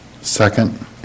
Second